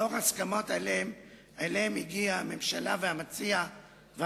לאור ההסכמות שאליהן הגיעו הממשלה והמציעים,